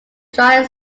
dry